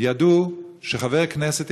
ידעו שחבר כנסת,